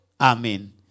Amen